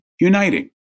uniting